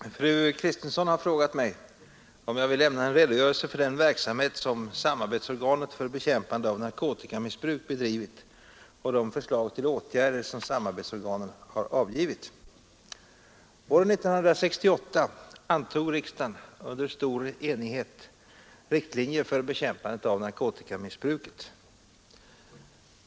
Herr talman! Fru Kristensson har frågat mig om jag vill lämna en redogörelse för den verksamhet som samarbetsorganet för bekämpande av narkotikamissbruk bedrivit och de förslag till åtgärder som samarbetsorganet avgivit. Våren 1968 antog riksdagen under stor enighet riktlinjer för bekämpandet av narkotikamissbruket.